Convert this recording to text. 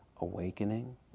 awakening